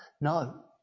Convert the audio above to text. No